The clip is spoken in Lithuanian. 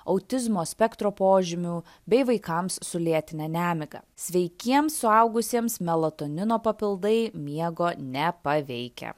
autizmo spektro požymių bei vaikams su lėtine nemiga sveikiems suaugusiems melatonino papildai miego nepaveikia